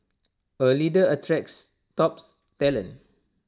A leader attracts tops talent